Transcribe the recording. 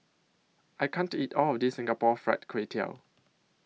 I can't eat All of This Singapore Fried Kway Tiao